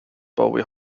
bowie